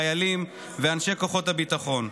חיילים ואנשי כוחות הביטחון.